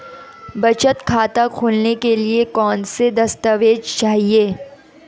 बचत खाता खोलने के लिए कौनसे दस्तावेज़ चाहिए?